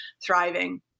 thriving